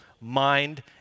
mind